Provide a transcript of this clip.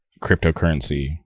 cryptocurrency